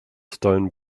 stone